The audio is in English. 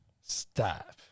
Stop